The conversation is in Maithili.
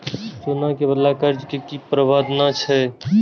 सोना के बदला कर्ज के कि प्रावधान छै?